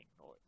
noise